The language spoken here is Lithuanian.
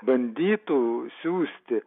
bandytų siųsti